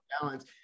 balance